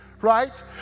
right